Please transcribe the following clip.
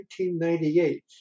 1998